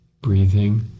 breathing